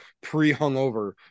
pre-hungover